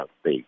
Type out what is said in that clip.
state